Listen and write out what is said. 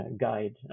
guide